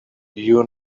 you